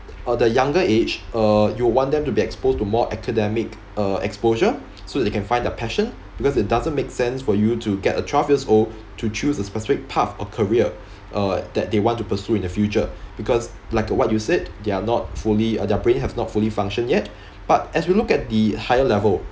uh the younger age uh you want them to be exposed to more academic uh exposure so that they can find their passion because it doesn't make sense for you to get a twelve years old to choose a specific path or career uh that they want to pursue in the future because like what you said they are not fully uh their brain have not fully functioned yet but as you look at the higher level